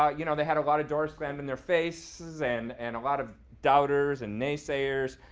ah you know they had a lot of doors slammed in their faces and and a lot of doubters and naysayers.